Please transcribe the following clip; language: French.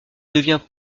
devient